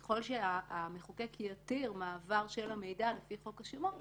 ככל שהמחוקק יתיר מעבר של המידע על פי חוק השמות,